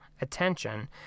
attention